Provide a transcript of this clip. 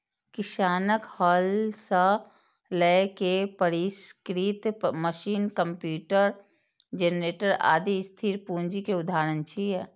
किसानक हल सं लए के परिष्कृत मशीन, कंप्यूटर, जेनरेटर, आदि स्थिर पूंजी के उदाहरण छियै